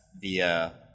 via